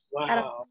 Wow